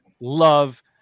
love